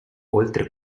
oltre